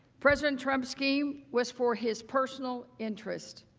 president trump's scheme was for his personal interest,